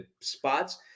spots